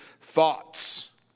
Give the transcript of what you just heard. thoughts